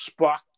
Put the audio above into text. Spock